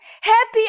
Happy